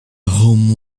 whom